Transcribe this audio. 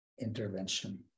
intervention